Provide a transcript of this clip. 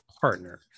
partner